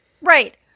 Right